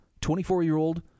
24-year-old